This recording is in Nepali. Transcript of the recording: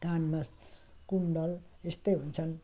कानमा कुन्डल यस्तै हुन्छन्